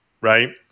right